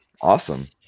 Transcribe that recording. Awesome